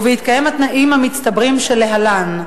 ובהתקיים התנאים המצטברים שלהלן: